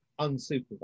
unsupervised